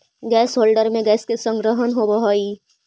gas holder में gas के संग्रहण होवऽ हई